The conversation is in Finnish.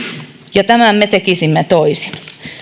ja sen me tekisimme toisin